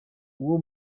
uwo